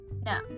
No